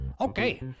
Okay